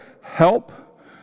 help